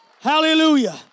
Hallelujah